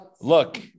Look